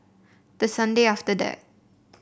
the Sunday after that